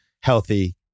healthy